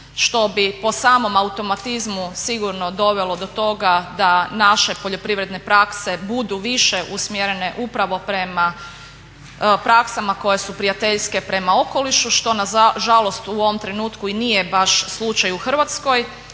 što bi po samom automatizmu sigurno dovelo do toga da naše poljoprivredne prakse budu više usmjerene upravo prema praksama koje su prijateljske prema okolišu što nažalost u ovom trenutku i nije baš slučaj u Hrvatskoj.